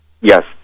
Yes